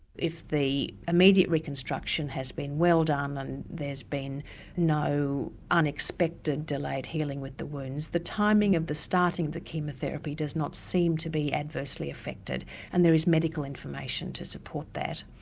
if the immediate reconstruction has been well done and there's been no unexpected delayed healing with the wounds, the timing of the starting of the chemotherapy does not seem to be adversely affected and there is medical information to support that.